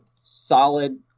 solid